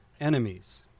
enemies